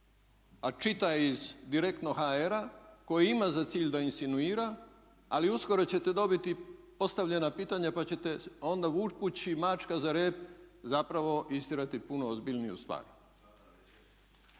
a čita iz direktno.hr koji ima za cilj da insinuira ali uskoro ćete dobiti postavljena pitanja pa ćete onda vukući mačka za rep zapravo istjerati puno ozbiljniju stvar.